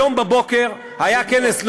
היום בבוקר היה כנס,